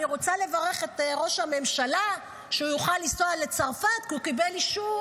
אני רוצה לברך את ראש הממשלה שהוא יוכל לנסוע לצרפת כי הוא קיבל אישור